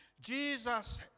Jesus